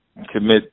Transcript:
commit